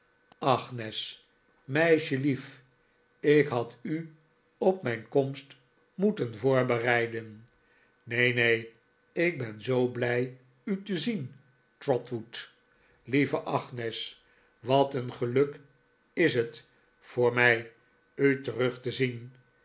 agnes meisjelief ik had u op mijn komst moeten voorbereiden neen neen ik ben zoo blij u te zien trotwood lieve agnes wat een geluk is het voor mij u terug te zien